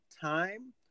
time